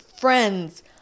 friends